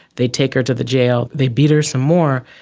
they take her to the jail, they beat her some more.